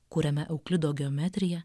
kuriame euklido geometrija